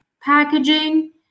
packaging